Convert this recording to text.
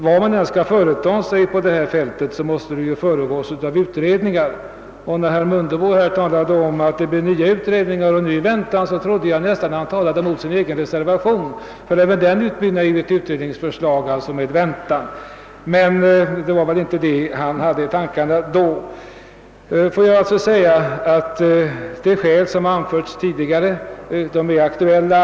Vad man än skall företa sig på detta fält måste föregås av utredningar. När herr Mundebo talade om att det blir nya utredningar och ny väntan trodde jag nästan att han talade mot sin egen reservation, för även den utmynnar i ett förslag om utredning — d. v. s. väntan. Men det var väl inte det han hade i tankarna. De skäl som anförts tidigare är fortfarande aktuella.